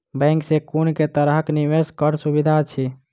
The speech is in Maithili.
बैंक मे कुन केँ तरहक निवेश कऽ सुविधा अछि?